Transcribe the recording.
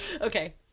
Okay